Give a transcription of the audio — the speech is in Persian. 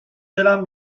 ﺩﻟﻢ